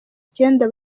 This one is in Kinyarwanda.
icyenda